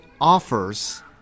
offers